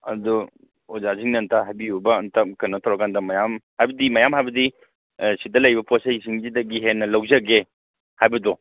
ꯑꯗꯨ ꯑꯣꯖꯥꯁꯤꯡꯅ ꯑꯝꯇ ꯍꯥꯏꯕꯤꯌꯨꯕ ꯑꯝꯇ ꯀꯩꯅꯣ ꯇꯧꯔꯀꯥꯟꯗ ꯃꯌꯥꯝ ꯍꯥꯏꯕꯗꯤ ꯃꯌꯥꯝ ꯍꯥꯏꯕꯗꯤ ꯁꯤꯗ ꯂꯩꯔꯤꯕ ꯄꯣꯠ ꯆꯩꯁꯤꯡꯁꯤꯗꯒꯤ ꯍꯦꯟꯅ ꯂꯧꯖꯒꯦ ꯍꯥꯏꯕꯗꯣ